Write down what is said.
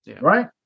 right